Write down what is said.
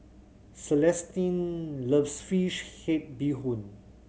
Celestine loves fish head bee hoon